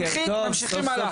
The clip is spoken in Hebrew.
ממשיכים הלאה.